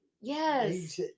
yes